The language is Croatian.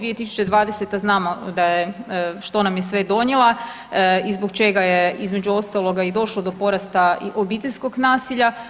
2020. znamo da je, što nam je sve donijela i zbog čega je između ostaloga i došlo do porasta i obiteljskog nasilja.